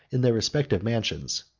in their respective mansions.